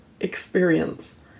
experience